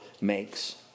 makes